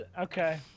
Okay